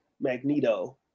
Magneto